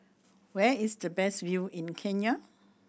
where is the best view in Kenya